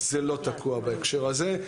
זה לא תקוע בהקשר הזה.